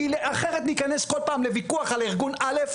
אחרת ניכנס כל פעם לוויכוח על ארגון א',